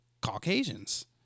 Caucasians